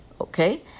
okay